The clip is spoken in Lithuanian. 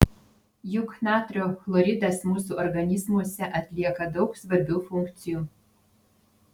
juk natrio chloridas mūsų organizmuose atlieka daug svarbių funkcijų